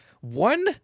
one